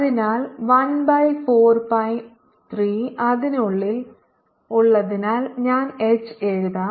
അതിനാൽ 1 by 4 pi 3 അതിനുള്ളിൽ ഉള്ളതിനാൽ ഞാൻ എച്ച് എഴുതാം